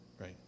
right